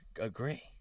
agree